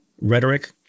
rhetoric